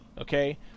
Okay